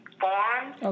forms